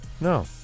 No